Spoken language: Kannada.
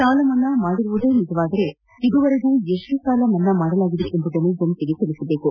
ಸಾಲಮನ್ನಾ ಮಾಡಿರುವುದೇ ನಿಜವಾದರೆ ಇದುವರೆಗೂ ಎಷ್ಟು ಸಾಲ ಮನ್ನಾ ಮಾಡಲಾಗಿದೆ ಎಂಬುದನ್ನು ಜನತೆಗೆ ತಿಳಿಸಬೇಕು